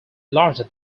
larger